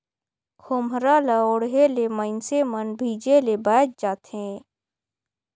खोम्हरा ल ओढ़े ले मइनसे मन भीजे ले बाएच जाथे